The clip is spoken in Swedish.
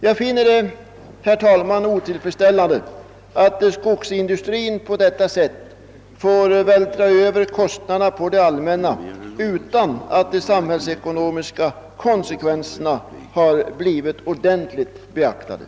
Jag finner det otillfredsställande, herr talman, att skogsindustrin på detta sätt får vältra över kostnaderna på det allmänna utan att de samhällsekonomiska konsekvenserna ordentligt beaktats.